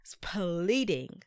pleading